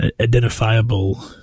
identifiable